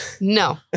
No